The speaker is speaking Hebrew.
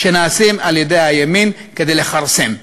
שנעשים על-ידי הימין כדי לכרסם,